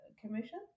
commission